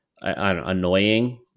annoying